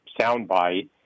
soundbite